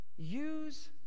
Use